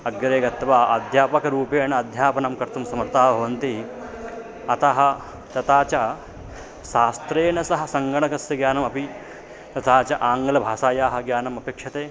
अग्रे गत्वा अध्यापकरूपेण अध्यापनं कर्तुं समर्थाः भवन्ति अतः तथा च शास्त्रेण सह सङ्गणकस्य ज्ञानमपि तथा च आङ्ग्लभाषायाः ज्ञानमपेक्षते